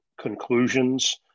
conclusions